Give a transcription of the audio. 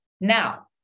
now